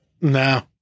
No